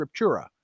scriptura